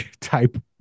type